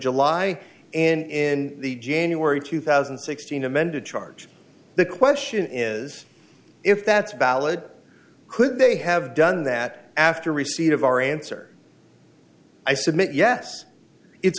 july and in the january two thousand and sixteen amended charge the question is if that's valid could they have done that after receipt of our answer i submit yes it's